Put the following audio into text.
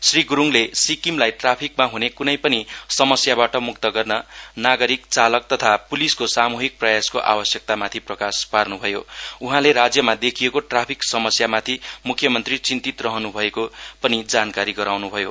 श्री गुरूङले सिक्किमलाई ट्राफिकमा ह्ने कुनै पनि समस्याबाट मुक्त गर्न नागरिक चालक तथा पुलिसको समुहिक प्रयासको आवश्यकता माथि प्रकाश पार्नुभयो उहाँले राज्यमा देखिएको ट्राफिक समस्यामाथि मुख्यमन्त्री चिन्तित रहनुभएको पनि जानकारी गराउन् भयो